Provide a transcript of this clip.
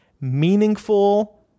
meaningful